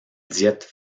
diète